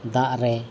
ᱫᱟᱜ ᱨᱮ